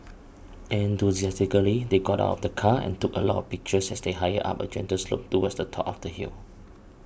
enthusiastically they got out of the car and took a lot of pictures as they hiked up a gentle slope towards the top of the hill